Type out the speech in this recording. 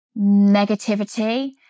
negativity